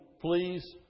please